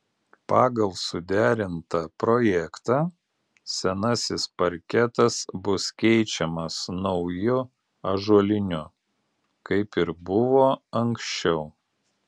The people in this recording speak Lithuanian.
pagal suderintą projektą senasis parketas bus keičiamas nauju ąžuoliniu kaip ir buvo anksčiau